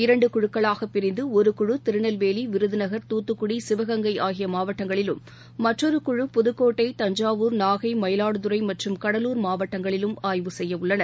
இரண்டுகுழுக்களாகபிரிந்து ஒரு குழு திருநெல்வேலி விருதுநகர் தூத்துக்குடி சிவகங்கை மாவட்டங்களிலும் மற்றொருக்குழு புதுக்கோட்ட தஞ்சாவூர் நாகை மயிலாடுதுறைமற்றும் கடலூர் மாவட்டங்களிலும் ஆய்வு செய்யஉள்ளனர்